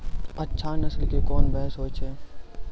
अच्छा नस्ल के कोन भैंस होय छै?